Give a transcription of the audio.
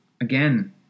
again